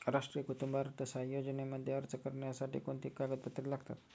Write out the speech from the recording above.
राष्ट्रीय कुटुंब अर्थसहाय्य योजनेमध्ये अर्ज करण्यासाठी कोणती कागदपत्रे लागतात?